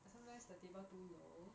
uh sometimes the table too low